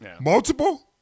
Multiple